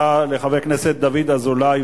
תודה לחבר הכנסת דוד אזולאי,